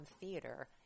theater